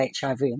HIV